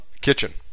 Kitchen